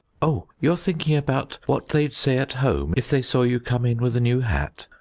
oh, you're thinking about what they'd say at home if they saw you come in with a new hat?